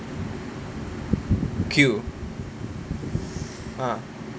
queue ah